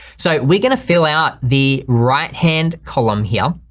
so we're gonna fill out the right hand column here,